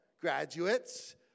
graduates